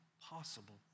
possible